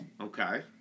Okay